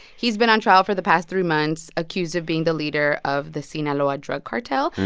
he's been on trial for the past three months, accused of being the leader of the sinaloa drug cartel.